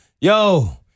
yo